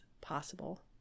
possible